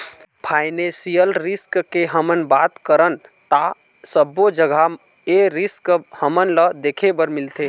financial risk के हमन बात करन ता सब्बो जघा ए रिस्क हमन ल देखे बर मिलथे